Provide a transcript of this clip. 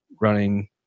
running